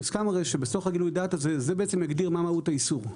מוסכם הרי שבסוף ה גילוי הדעת הזה זה בעצם יגדיר מה מהות האיסור,